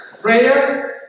Prayers